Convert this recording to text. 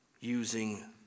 using